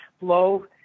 low